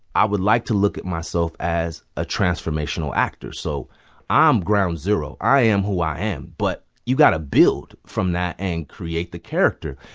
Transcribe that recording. i would like to look at myself as a transformational actor. so i'm um ground zero. i am who i am. but you've got to build from that and create the character.